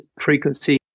frequency